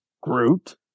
Groot